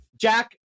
Jack